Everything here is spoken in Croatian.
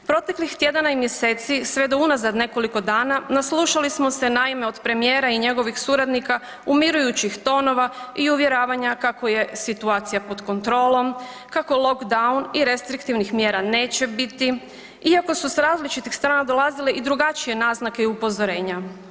Proteklih tjedana i mjeseci sve do unazad nekoliko dana naslušali smo se naime od premijera i njegovih suradnika umirujućih tonova i uvjeravanja kako je situacija pod kontrolom, kako lockdown i restriktivnih mjera neće biti iako su s različitih strana dolazile i drugačije naznake i upozorenja.